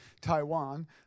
Taiwan